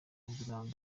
buranga